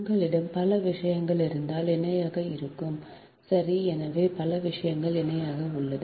உங்களிடம் பல விஷயங்கள் இருந்தால் இணையாக இருக்கும் சரி எனவே பல விஷயங்கள் இணையாக உள்ளன